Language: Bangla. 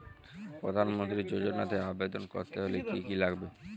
প্রধান মন্ত্রী যোজনাতে আবেদন করতে হলে কি কী লাগবে?